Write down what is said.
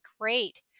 great